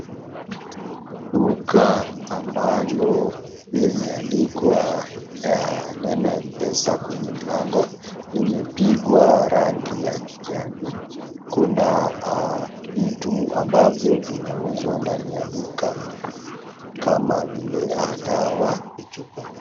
Duka ambalo limeandikwa neno Mpesa kwenye mlango, limepigwa rangi ya kijani kuna vitu ambavyo vinauzwa ndani ya duka kama vile dawa.